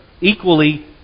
equally